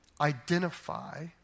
identify